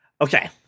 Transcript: Okay